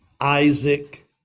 isaac